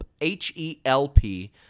H-E-L-P